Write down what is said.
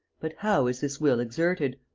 but how is this will exerted?